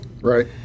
right